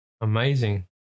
Amazing